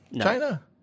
china